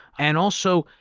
and also,